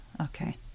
okay